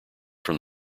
from